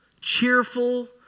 cheerful